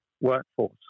workforce